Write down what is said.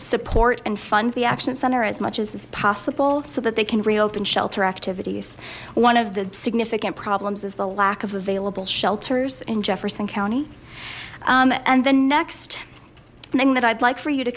support and fund the action center as much as possible so that they can reopen shelter activities one of the significant problems is the lack of available shelters in jefferson county and the next thing that i'd like for you to